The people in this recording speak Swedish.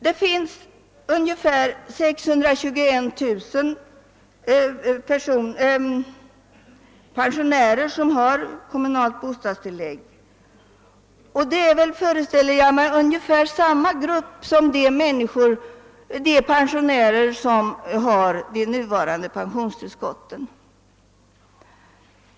Det finns ungefär 621 000 pensionärer som har kommunalt bostadstillägg och jag föreställer mig att de utgör samma grupp som de pensionärer som får de nuvarande tillskotten.